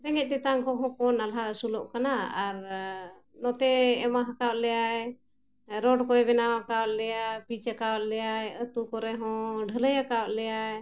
ᱨᱮᱸᱜᱮᱡ ᱛᱮᱛᱟᱝ ᱠᱚᱦᱚᱸ ᱠᱚ ᱱᱟᱞᱦᱟ ᱟᱹᱥᱩᱞᱚᱜ ᱠᱟᱱᱟ ᱟᱨ ᱱᱚᱛᱮ ᱮᱢᱟ ᱟᱠᱟᱫ ᱞᱮᱭᱟᱭ ᱨᱫᱰ ᱠᱚᱭ ᱵᱮᱱᱟᱣ ᱟᱠᱟᱫ ᱞᱮᱭᱟ ᱯᱤᱪ ᱟᱠᱟᱫ ᱞᱮᱭᱟᱭ ᱟᱛᱳ ᱠᱚᱨᱮ ᱦᱚᱸ ᱰᱷᱟᱹᱞᱟᱹᱭ ᱟᱠᱟᱫ ᱞᱮᱭᱟᱭ